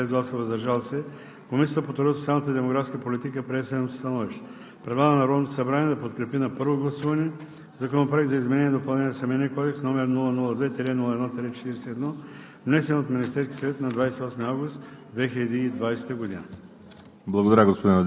След приключване на обсъждането и проведеното гласуване с резултати 12 гласа „за“, без „против“ и 6 гласа „въздържал се“ Комисията по труда, социалната и демографската политика прие следното становище: Предлага на Народното събрание да подкрепи на първо гласуване Законопроект за изменение и допълнение на Семейния